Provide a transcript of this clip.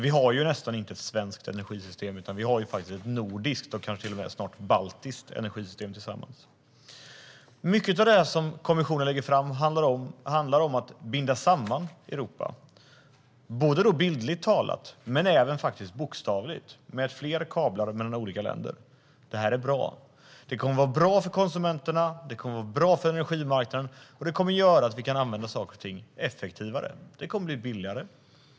Vi har nästan inte ett svenskt energisystem, utan vi har ett nordiskt och snart till och med ett baltiskt energisystem. Många av de förslag som kommissionen lägger fram handlar om att binda samman Europa bildligt och bokstavligt talat med fler kablar mellan olika länder. Det är bra. Det kommer att vara bra för konsumenterna och energimarknaden, och det kommer att göra att vi kan använda saker och ting effektivare. Det kommer att bli billigare.